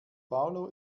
paulo